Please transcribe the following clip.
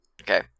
Okay